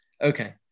okay